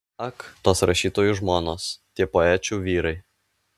ak tos rašytojų žmonos tie poečių vyrai